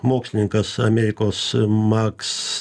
mokslininkas amerikos maks